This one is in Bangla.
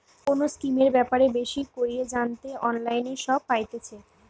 কোনো স্কিমের ব্যাপারে বেশি কইরে জানতে অনলাইনে সব পাইতেছে